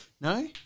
No